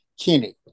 Kenny